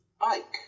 bike